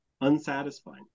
unsatisfying